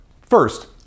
First